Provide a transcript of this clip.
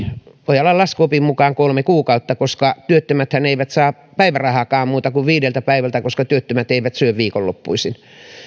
ojalan laskuopin mukaan kolme kuukautta koska työttömäthän eivät saa päivärahaakaan muuta kuin viideltä päivältä koska työttömät eivät syö viikonloppuisin